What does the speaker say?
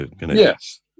Yes